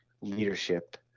leadership